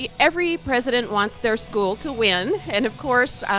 yeah every president wants their school to win and of course,